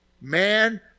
Man